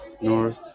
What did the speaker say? North